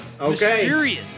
Okay